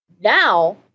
Now